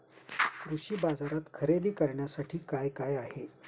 कृषी बाजारात खरेदी करण्यासाठी काय काय आहे?